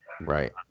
Right